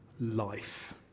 life